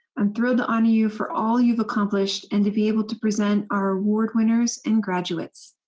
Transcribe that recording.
i'm thrilled to honor you for all you've accomplished and to be able to present our award winners and graduates.